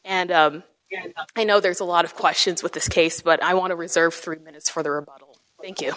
and i know there's a lot of questions with this case but i want to reserve three minutes for the rebuttal thank you